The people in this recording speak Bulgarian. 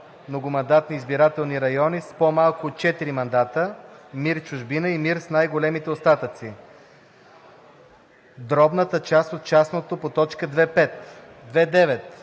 многомандатни избирателни райони с по-малко от 4 мандата, МИР „Чужбина“ и МИР с най-големите остатъци (дробната част от частното по т. 2.5).